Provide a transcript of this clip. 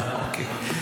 אוקיי.